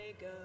go